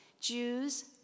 Jews